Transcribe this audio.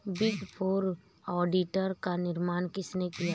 Big four auditor का निर्माण किसने किया?